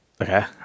Okay